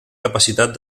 capacitat